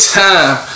time